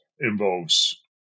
involves